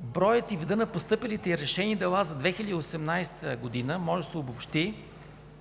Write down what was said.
броят и видът на постъпилите и решени дела за 2018 г. може да се обобщи така: